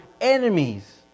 enemies